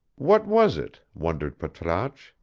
what was it? wondered patrasche.